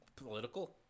Political